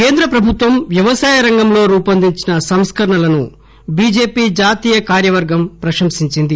కేంద్ర ప్రభుత్వం వ్యవసాయ రంగంలో రూపొందించిన సంస్కరణలను బీజేపీ జాతీయ కార్యవర్గం ప్రశంసించింది